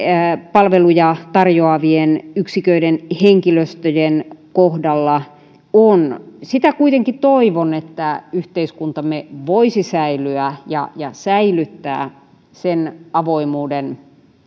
palveluja tarjoavien yksiköiden henkilöstöjen kohdalla on sitä kuitenkin toivon että yhteiskuntamme voisi säilyä ja ja säilyttää sen avoimuuden